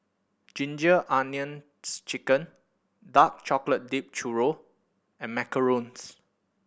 Ginger Onions Chicken dark chocolate dipped churro and macarons